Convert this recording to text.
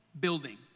building